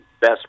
best